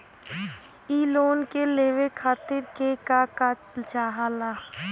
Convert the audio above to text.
इ लोन के लेवे खातीर के का का चाहा ला?